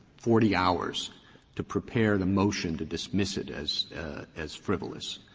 forty hours to prepare the motion to dismiss it as as frivolous?